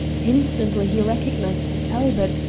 instantly he recognized talbot,